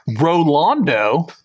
Rolando